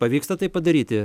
pavyksta tai padaryti